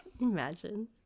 Imagine